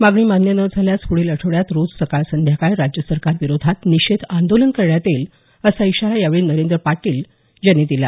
मागणी मान्य न झाल्यास पुढील आठवड्यात रोज सकाळ संध्याकाळ राज्य सरकार विरोधात निषेध आंदोलन करण्यात येईल असा इशारा यावेळी नरेंद्र पाटील यांनी दिला